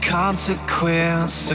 consequence